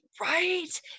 right